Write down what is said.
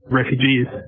refugees